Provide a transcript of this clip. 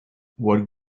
what